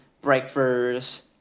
breakfast